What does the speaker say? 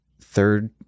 third